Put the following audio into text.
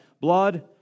blood